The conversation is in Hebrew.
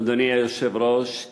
אדוני היושב-ראש,